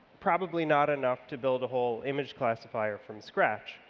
probably not enough to build a whole image classifier from scratch.